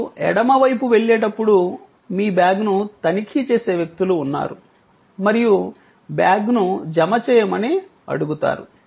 మీరు ఎడమ వైపు వెళ్ళేటప్పుడు మీ బ్యాగ్ను తనిఖీ చేసే వ్యక్తులు ఉన్నారు మరియు బ్యాగ్ను జమ చేయమని అడుగుతారు